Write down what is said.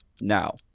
now